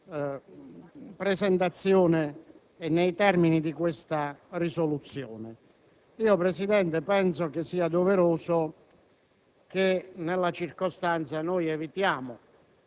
presentazione e nei termini di tale proposta di risoluzione. Presidente, penso sia doveroso che, nella circostanza, noi evitiamo